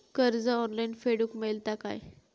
कर्ज ऑनलाइन फेडूक मेलता काय?